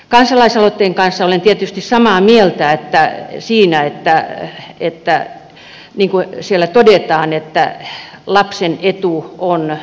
kansalaisaloitteen kanssa olen tietysti samaa mieltä siinä kun siellä todetaan että lapsen etu on tärkeä